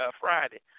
Friday